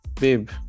babe